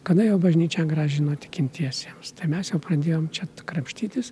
kada jau bažnyčią grąžino tikintiesiems tai mes jau pradėjom čia krapštytis